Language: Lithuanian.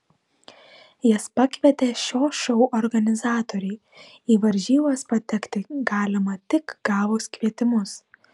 jas pakvietė šio šou organizatoriai į varžybas patekti galima tik gavus kvietimus